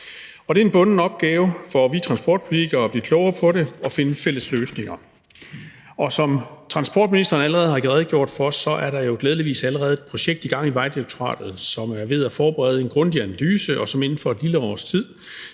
Det er en bunden opgave for os transportpolitikere at blive klogere på det og finde fælles løsninger, og som transportministeren allerede har redegjort for, er der jo glædeligvis allerede et projekt i gang i Vejdirektoratet. De er ved at forberede en grundig analyse, og inden for et lille års tid